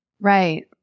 Right